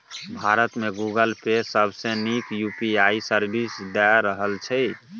भारत मे Google Pay सबसँ नीक यु.पी.आइ सर्विस दए रहल छै